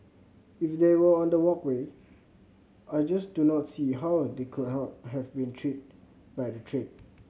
if they were on the walkway I just do not see how they could have been treat by the train